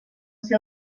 ser